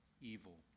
evil